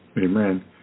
Amen